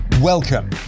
Welcome